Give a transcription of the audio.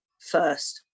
first